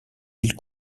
îles